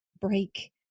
break